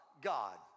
God